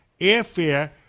airfare